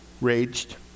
raged